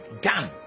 done